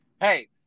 Hey